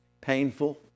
painful